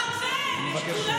האינסטגרם מחרפן את כולם.